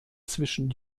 zwischen